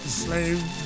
slave